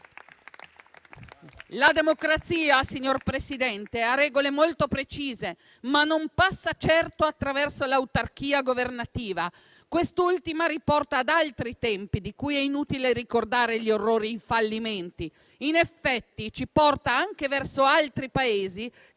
La democrazia, signora Presidente, ha regole molto precise, ma non passa certo attraverso l'autarchia governativa. Quest'ultima riporta ad altri tempi, di cui è inutile ricordare gli orrori e i fallimenti. In effetti, ci porta anche verso altri Paesi, che l'autonomia